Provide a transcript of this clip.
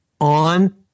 on